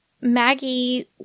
Maggie